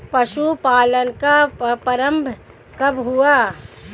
पशुपालन का प्रारंभ कब हुआ?